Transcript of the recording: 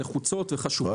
נחוצות וחשובות.